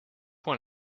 one